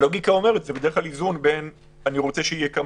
הלוגיקה אומרת איזון בין אני רוצה שיהיה כמה